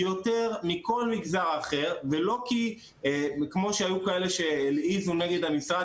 יותר מכל מגזר אחר ולא כי כמו שהיו כאלה שהלעיזו נגד המשרד